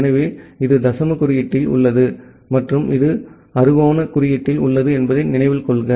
எனவே இது தசம குறியீட்டில் உள்ளது மற்றும் இது அறுகோண குறியீட்டில் உள்ளது என்பதை நினைவில் கொள்க